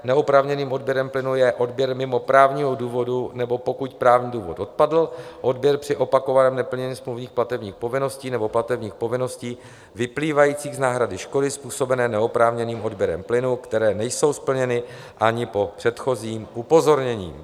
Neoprávněným odběrem plynu je odběr mimo právního důvodu, nebo pokud právní důvod odpadl, odběr při opakovaném neplnění smluvních platebních povinností nebo platebních povinností vyplývajících z náhrady škody způsobené neoprávněným odběrem plynu, které nejsou splněny ani po předchozím upozornění.